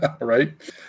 Right